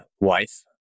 wife